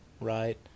right